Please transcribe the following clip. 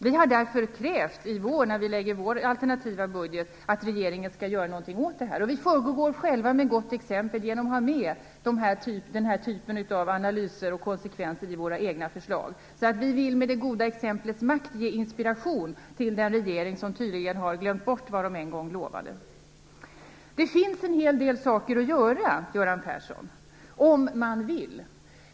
Vi har därför i vår alternativa budget krävt att regeringen skall göra någonting åt det här, och vi föregår själva med gott exempel genom att ha med den här typen av analyser av konsekvenserna av våra egna förslag. Vi vill alltså med det goda exemplets makt ge inspiration till den regering som tydligen har glömt bort vad man en gång lovade. Det finns en hel del saker att göra, Göran Persson - om man vill.